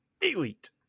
Elite